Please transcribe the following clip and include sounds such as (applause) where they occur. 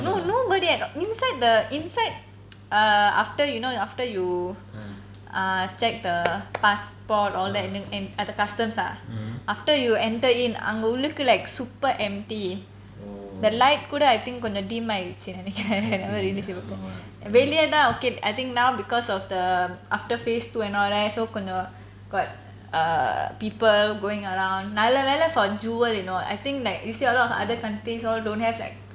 no nobody at inside the inside (noise) err after you know after you err check the passport all that in in at the customs ah after you enter in அங்க உள்ளுக்குள்ள:anga ullukulla like super empty அங்க light கூட:anga light kooda I think கொஞ்சம் dim ஆகிருச்சு:konjam dim agiruchu (laughs) வெளிய தான்:veliya thaan okay I think now because of the after phase two and all that so கொஞ்சம்:konjam got(err) people going around நல்ல வேளை:nalla velai jewel you know I think like you see a lot of other countries all don't have like